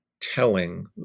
telling